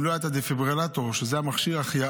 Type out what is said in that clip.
אם לא היה הדפיברילטור, שזה מכשיר החייאה,